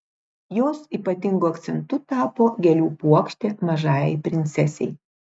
jos ypatingu akcentu tapo gėlių puokštė mažajai princesei